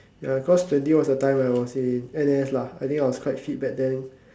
ya cause twenty was the time when I was in N_S lah I think I was quite fit back then